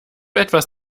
etwas